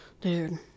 Dude